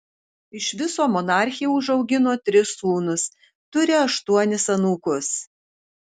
iš viso monarchė užaugino tris sūnus turi aštuonis anūkus